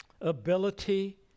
ability